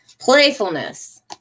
Playfulness